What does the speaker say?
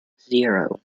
zero